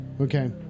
Okay